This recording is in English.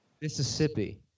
Mississippi